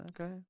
Okay